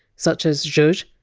such as zhoozh,